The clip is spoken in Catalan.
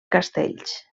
castells